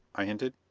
i hinted.